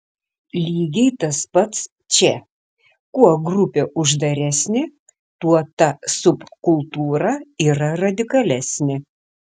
lygiai tas pats čia kuo grupė uždaresnė tuo ta subkultūra yra radikalesnė